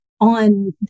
on